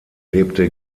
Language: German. lebte